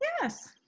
Yes